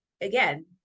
again